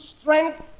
strength